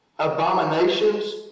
Abominations